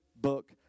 book